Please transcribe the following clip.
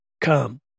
Come